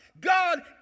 God